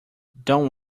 don’t